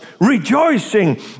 rejoicing